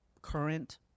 current